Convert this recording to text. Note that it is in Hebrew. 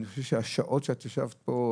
השעות שישבת כאן,